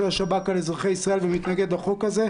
השב"כ על אזרחי ישראל ומתנגד להצעת החוק הזאת.